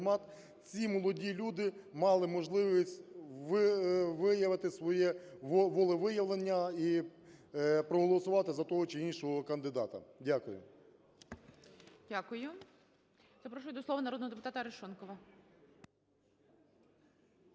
ці молоді люди мали можливість виявити своє волевиявлення і проголосувати за того чи іншого кандидата. Дякую. ГОЛОВУЮЧИЙ. Дякую. Попрошу до слова народного депутата Арешонкова.